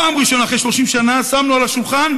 ופעם ראשונה אחרי 30 שנה שמנו על השולחן